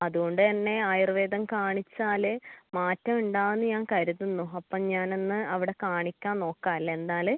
അതുകൊണ്ട് തന്നെ ആയുർവ്വേദം കാണിച്ചാൽ മാറ്റം ഉണ്ടാവുമെന്ന് ഞാൻ കരുതുന്നു അപ്പോൾ ഞാൻ ഒന്ന് അവിടെ കാണിക്കാൻ നോക്കാമല്ലേ എന്നാൽ